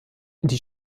die